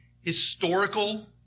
historical